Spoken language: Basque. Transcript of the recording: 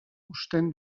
husten